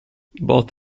both